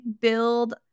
build